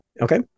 Okay